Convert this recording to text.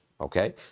Okay